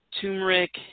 turmeric